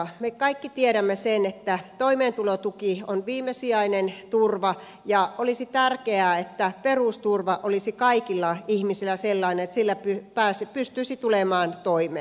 me kaikki tiedämme sen että toimeentulotuki on viimesijainen turva ja olisi tärkeää että perusturva olisi kaikilla ihmisillä sellainen että sillä pystyisi tulemaan toimeen